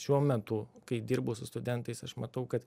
šiuo metu kai dirbu su studentais aš matau kad